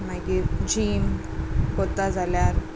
मागीर जीम करता जाल्यार